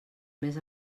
més